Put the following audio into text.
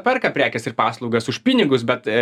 perka prekes ir paslaugas už pinigus bet